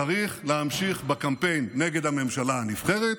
צריך להמשיך בקמפיין נגד הממשלה הנבחרת,